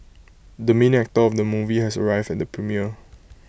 the main actor of the movie has arrived at the premiere